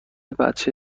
بچه